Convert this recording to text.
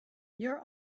your